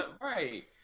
Right